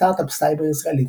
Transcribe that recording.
סטארט-אפ סייבר ישראלי,